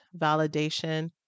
validation